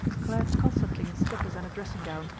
clad constantly in slippers and a dressing-gown,